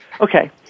okay